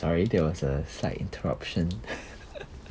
sorry there was a slight interruption